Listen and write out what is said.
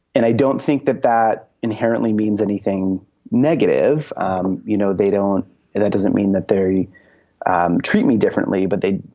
and i don't think that that inherently means anything negative you know, they don't. and that doesn't mean that they and treat me differently, but they,